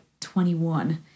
21